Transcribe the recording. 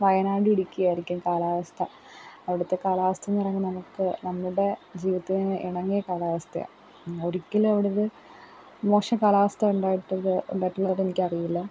വയനാടും ഇടുക്കിയാരിക്കും കാലാവസ്ഥ അവിടത്തെ കാലാവസ്ഥയെന്ന് പറയുന്നത് നമുക്ക് നമ്മുടെ ജീവിതത്തിന് ഇണങ്ങിയ കാലാവസ്ഥയാണ് ഒരിക്കലും അവിടെയൊരു മോശം കാലാവസ്ഥ ഉണ്ടായിട്ടുള്ളതെനിക്കറിയില്ല